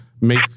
make